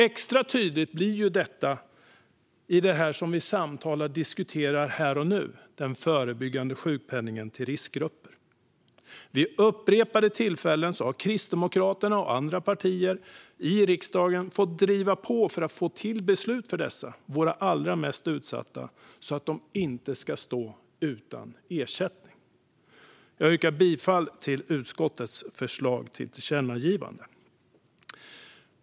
Extra tydligt blir detta i det vi samtalar om och diskuterar här och nu, nämligen den förebyggande sjukpenningen till riskgrupper. Vid upprepade tillfällen har Kristdemokraterna och andra partier i riksdagen fått driva på för att få till beslut för att dessa, våra allra mest utsatta, inte ska stå utan ersättning. Jag yrkar bifall till utskottets förslag till tillkännagivande.